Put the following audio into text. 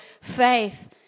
faith